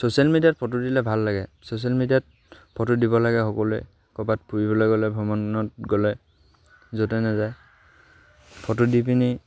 social মিডিয়াত photo দিলে ভাল লাগে ছ'চিয়েল মিডিয়াত ফটো দিব লাগে সকলোৱে ক'ৰবাত ফুৰিবলৈ গ'লে ভ্ৰমণত গ'লে য'তে নাযায় ফটো দি পিনি